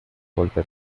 golpe